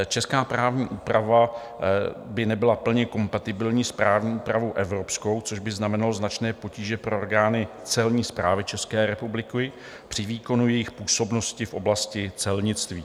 Česká právní úprava by nebyla plně kompatibilní s právní úpravou evropskou, což by znamenalo značné potíže pro orgány Celní správy České republiky při výkonu jejich působnosti v oblasti celnictví.